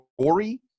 story